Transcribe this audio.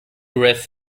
dress